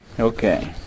Okay